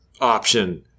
option